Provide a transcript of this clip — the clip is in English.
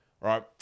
Right